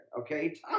okay